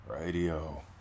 Radio